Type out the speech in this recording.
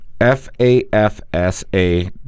F-A-F-S-A